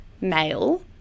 male